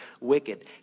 wicked